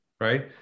right